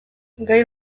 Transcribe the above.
gai